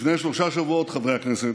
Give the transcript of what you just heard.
לפני שלושה שבועות, חברי הכנסת,